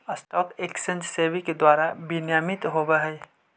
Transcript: stock exchange SEBI के द्वारा विनियमित होवऽ हइ